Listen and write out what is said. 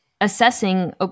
assessing